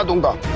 and